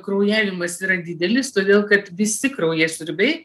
kraujavimas yra didelis todėl kad visi kraujasiurbiai